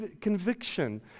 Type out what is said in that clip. conviction